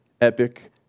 epic